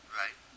right